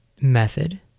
method